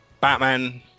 Batman